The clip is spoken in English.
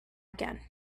again